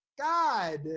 God